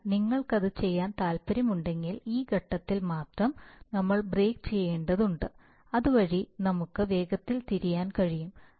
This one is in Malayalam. അതിനാൽ നിങ്ങൾക്കത് ചെയ്യാൻ താൽപ്പര്യമുണ്ടെങ്കിൽ ഈ ഘട്ടത്തിൽ മാത്രം നമ്മൾ ബ്രേക്ക് ചെയ്യേണ്ടതുണ്ട് അതുവഴി നമുക്ക് വേഗത്തിൽ തിരിയാൻ കഴിയും